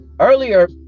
earlier